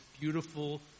beautiful